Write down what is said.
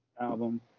album